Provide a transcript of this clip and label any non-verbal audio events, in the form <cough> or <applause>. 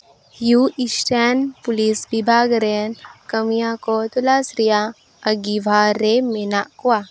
<unintelligible> stand police ᱵᱤᱵᱷᱟᱜᱽ ᱨᱮᱱ ᱠᱟᱹᱢᱤᱭᱟᱹ ᱠᱚ ᱛᱚᱞᱟᱥ ᱨᱮᱭᱟᱜ ᱟᱺᱜᱤᱵᱷᱟᱨ ᱨᱮ ᱢᱮᱱᱟᱜ ᱠᱚᱣᱟ